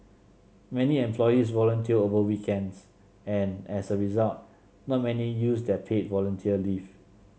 many employees volunteer over weekends and as a result not many use their paid volunteer leave